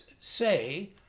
say